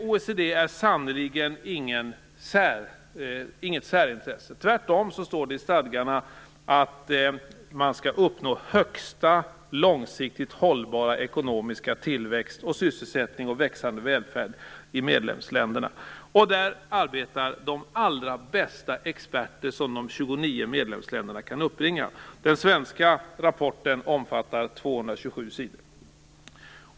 OECD är sannerligen inget särintresse. Tvärtom står det i stadgarna att högsta långsiktigt hållbara ekonomiska tillväxt, sysselsättning och växande välfärd skall uppnås i medlemsländerna. Inom OECD arbetar de allra bästa experter som de 29 medlemsländerna kan uppbringa. Den svenska rapporten omfattar 227 sidor.